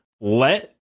let